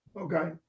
Okay